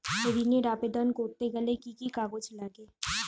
ঋণের আবেদন করতে গেলে কি কি কাগজ লাগে?